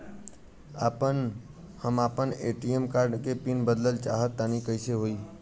हम आपन ATM card के पीन बदलल चाहऽ तनि कइसे होई?